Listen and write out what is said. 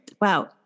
Wow